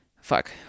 Fuck